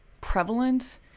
prevalent